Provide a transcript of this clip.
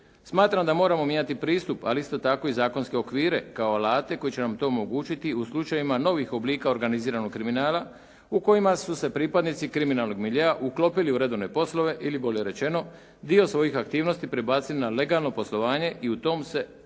smatram da moramo mijenjati pristup, ali isto tako i zakonske okvire, kao alate koji će nam to omogućiti u slučajevima novih oblika organiziranog kriminala, u kojima su se pripadnici kriminalnog miljea uklopili u redovne poslove ili bolje rečeno dio svojih aktivnosti prebacili na legalno poslovanje i u tom se poslovanju